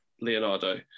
Leonardo